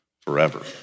forever